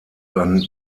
dann